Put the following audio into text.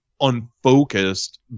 unfocused